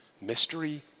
mystery